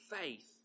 faith